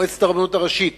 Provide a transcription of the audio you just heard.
מועצת הרבנות הראשית,